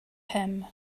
him